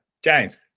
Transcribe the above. James